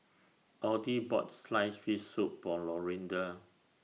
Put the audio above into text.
Audie bought Sliced Fish Soup For Lorinda